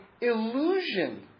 illusion